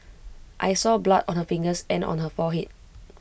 I saw blood on her fingers and on her forehead